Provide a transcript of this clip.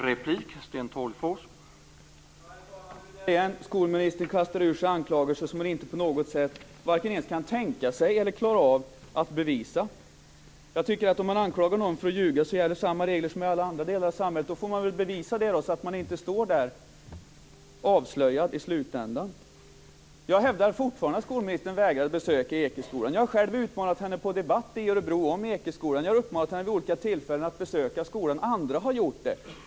Herr talman! Skolministern kastar ur sig anklagelser som hon inte på något sätt vare sig kan tänka sig eller klara av att bevisa. Jag tycker att om man anklagar någon för att ljuga, ska samma regler gälla som i alla andra delar av samhället, dvs. att man får bevisa det så att man inte står där avslöjad i slutändan. Jag hävdar fortfarande att skolministern vägrat att besöka Ekeskolan. Jag har själv utmanat henne till debatt i Örebro om Ekeskolan. Jag har vid olika tillfällen uppmanat henne att besöka skolan. Andra har gjort det.